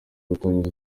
gutangaza